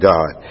God